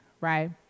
right